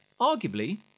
arguably